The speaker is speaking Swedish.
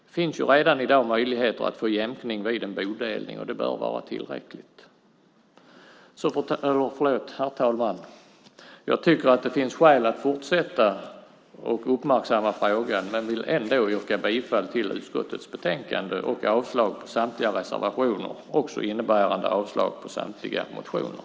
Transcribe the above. Det finns ju redan i dag möjligheter att få jämkning vid en bodelning och det bör vara tillräckligt. Herr talman! Jag tycker att det finns skäl att fortsatt uppmärksamma frågan men vill ändå yrka bifall till utskottets förslag och avslag på samtliga reservationer.